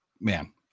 man